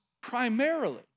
primarily